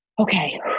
okay